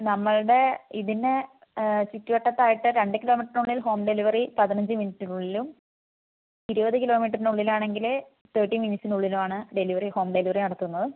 നമ്മളുടെ ഇതിന് ചുറ്റുവട്ടതായിട്ട് രണ്ട് കിലോമീറ്ററിനിൽ ഉള്ളിൽ ഹോം ഡെലിവെറി പതിനഞ്ച് മിനിറ്റിനുള്ളിലും ഇരുപത് കിലോമീറ്ററിന് ഉള്ളിലാണെങ്കിൽ തെർട്ടി മിനിൻറ്റിസിൻ്റെ ഉള്ളിലും ആണ് ഡെലിവെറി ഹോം ഡെലിവെറി നടത്തുന്നത്